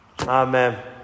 Amen